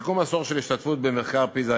בסיכום עשור של השתתפות במחקר פיז"ה,